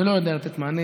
זה לא יכול לתת מענה.